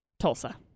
Tulsa